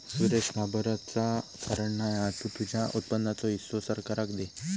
सुरेश घाबराचा कारण नाय हा तु तुझ्या उत्पन्नाचो हिस्सो सरकाराक दे